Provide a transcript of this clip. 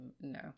No